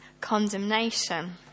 condemnation